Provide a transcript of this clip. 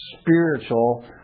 spiritual